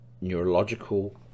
neurological